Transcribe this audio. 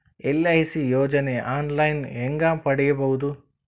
LIC ಯೋಜನೆ online ಹೇಂಗ ಪಡಿಬಹುದು?